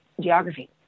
geography